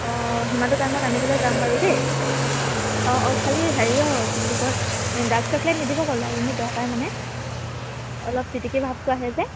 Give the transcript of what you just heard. অঁ সিমানটো টাইমত আনিবলৈ যাম বাৰু দেই অঁ অঁ খালি হেৰি অঁ কি বুলি কয় এই ডাৰ্ক চকলেট নিদিব হ'লে আইজনী বেয়া পায় মানে অলপ তিতিকি ভাৱটো আহে যে